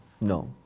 no